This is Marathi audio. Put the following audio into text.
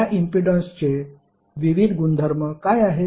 या इम्पीडन्सचे विविध गुणधर्म काय आहेत